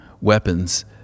weapons